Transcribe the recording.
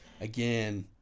again